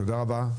תודה רבה.